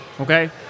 Okay